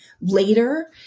later